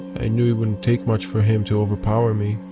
i knew it wouldn't take much for him to overpower me.